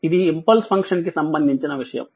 ఇది impulse function కి సంబంధించిన విషయము